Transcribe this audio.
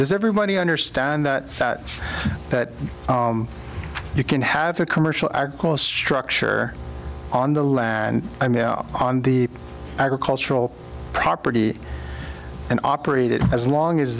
does everybody understand that that you can have a commercial our cost structure on the land on the agricultural property and operated as long as